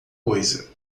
coisa